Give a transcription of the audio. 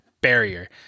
barrier